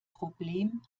problem